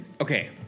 Okay